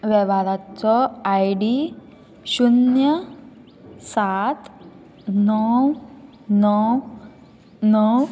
वेव्हाराचो I D शुन्य सात णव णव णव